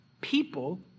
people